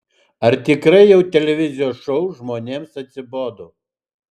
ar tikrai jau televizijos šou žmonėms atsibodo